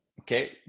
Okay